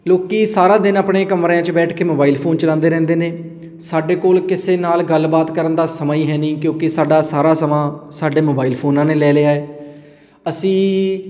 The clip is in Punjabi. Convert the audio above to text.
ਲੋਕ ਸਾਰਾ ਦਿਨ ਆਪਣੇ ਕਮਰਿਆਂ 'ਚ ਬੈਠ ਕੇ ਮੋਬਾਇਲ ਫੋਨ ਚਲਾਉਂਦੇ ਰਹਿੰਦੇ ਨੇ ਸਾਡੇ ਕੋਲ ਕਿਸੇ ਨਾਲ ਗੱਲਬਾਤ ਕਰਨ ਦਾ ਸਮਾਂ ਹੀ ਹੈ ਨਹੀਂ ਕਿਉਂਕਿ ਸਾਡਾ ਸਾਰਾ ਸਮਾਂ ਸਾਡੇ ਮੋਬਾਇਲ ਫੋਨਾਂ ਨੇ ਲੈ ਲਿਆ ਅਸੀਂ